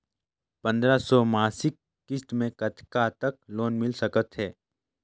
पंद्रह सौ मासिक किस्त मे कतका तक लोन मिल सकत हे?